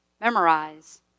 memorize